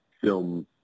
film